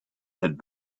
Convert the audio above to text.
had